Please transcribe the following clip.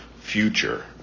future